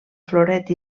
floret